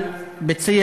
האחר,